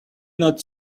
not